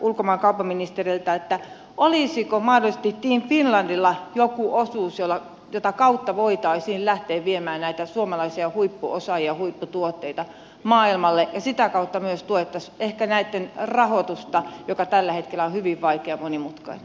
olisiko mahdollisesti team finlandilla joku osuus jota kautta voitaisiin lähteä viemään näitä suomalaisia huippuosaajia huipputuotteita maailmalle ja sitä kautta myös tuettaisiin ehkä näitten rahoitusta joka tällä hetkellä on hyvin vaikea ja monimutkainen